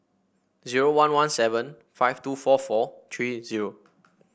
zero one one seven five two four four three zero